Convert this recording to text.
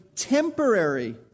temporary